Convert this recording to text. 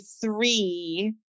three